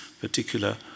particular